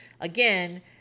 Again